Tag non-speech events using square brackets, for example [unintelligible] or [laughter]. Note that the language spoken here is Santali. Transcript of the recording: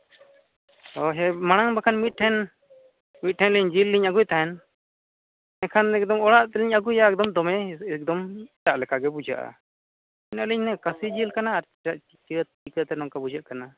ᱚᱻ ᱦᱮᱸ ᱢᱟᱲᱟᱝ ᱵᱟᱠᱷᱟᱱ ᱢᱤᱫᱴᱷᱮᱱ ᱢᱤᱫᱴᱷᱮᱱᱞᱤᱧ ᱡᱤᱞ ᱞᱤᱧ ᱟᱹᱜᱩᱭᱮᱫ ᱛᱟᱦᱮᱱ ᱮᱱᱠᱷᱟᱱ ᱮᱠᱫᱚᱢ ᱚᱲᱟᱜᱛᱮᱞᱤᱧ ᱟᱹᱜᱩᱭᱟ ᱮᱠᱫᱚᱢ ᱫᱚᱢᱮ ᱮᱠᱫᱚᱢ [unintelligible] ᱞᱮᱠᱟᱜᱮ ᱵᱩᱡᱷᱟᱹᱜᱼᱟ ᱚᱱᱟᱞᱤᱧ ᱢᱮᱱᱟ ᱠᱟᱹᱥᱤ ᱡᱤᱞ ᱠᱟᱱᱟ ᱟᱨ [unintelligible] ᱪᱤᱠᱟᱹᱛᱮ ᱱᱚᱝᱠᱟ ᱵᱩᱡᱷᱟᱹᱜ ᱠᱟᱱᱟ